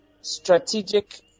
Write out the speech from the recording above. strategic